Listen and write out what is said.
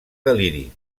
deliri